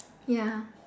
ya